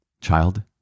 Child